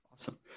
Awesome